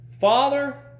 Father